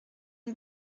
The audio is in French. une